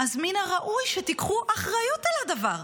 אז מן הראוי שתיקחו אחריות על הדבר.